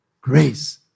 grace